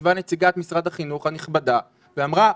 ישבה נציגת משרד החינוך הנכבדה ואמרה: